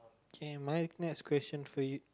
K my next question for you